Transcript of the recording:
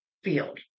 field